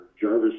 Jarvis